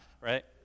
right